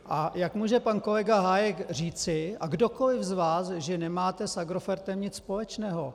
A jak může pan kolega Hájek říci a kdokoliv z vás, že nemáte s Agrofertem nic společného?